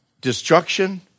destruction